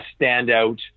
standout